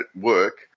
work